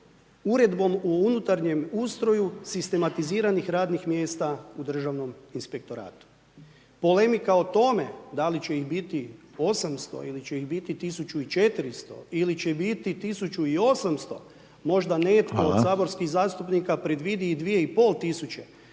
Uredbom u unutarnjem ustroju sistematiziranih radnih mjesta u Državnom inspektoratu. Polemika o tome, da li će ih biti 800 ili će ih biti 1400 ili će ih biti 1800 možda netko…/Upadica: Hvala/…od saborskih zastupnika predvidi i 2500,